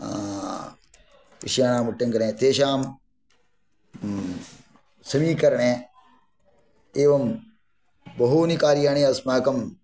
विषयाणां उट्टङ्कणे तेषां समीकरणे एवं बहूनि कार्याणि अस्माकं